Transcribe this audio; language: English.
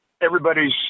everybody's